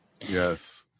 Yes